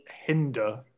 hinder